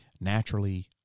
naturally